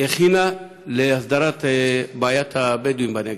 הכינה להסדרת בעיית הבדואים בנגב.